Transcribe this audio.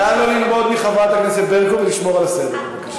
נא לא ללמוד מחברת הכנסת ברקו ולשמור על הסדר.